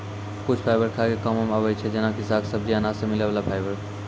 कुछ फाइबर खाय के कामों मॅ आबै छै जेना कि साग, सब्जी, अनाज सॅ मिलै वाला फाइबर